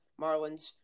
Marlins